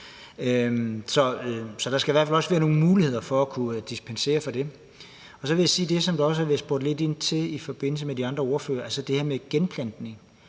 Så der skal i hvert fald også være nogle muligheder for at dispensere fra det. Så vil jeg sige noget om det, der også har været spurgt lidt ind til fra de andre ordføreres side, altså det her med genplantning.